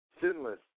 sinless